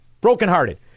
Brokenhearted